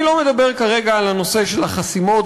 אני לא מדבר כרגע על הנושא של החסימות